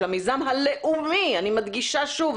של המיזם הלאומי אני מדגישה שוב,